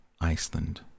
Iceland